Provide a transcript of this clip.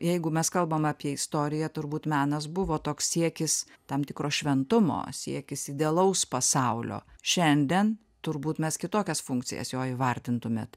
jeigu mes kalbam apie istoriją turbūt menas buvo toks siekis tam tikros šventumo siekis idealaus pasaulio šiandien turbūt mes kitokias funkcijas jo įvardintumėt